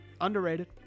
underrated